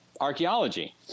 archaeology